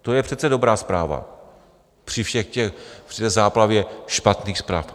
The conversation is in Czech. To je přece dobrá zpráva při té záplavě špatných zpráv.